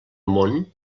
món